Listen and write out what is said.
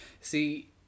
See